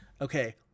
Okay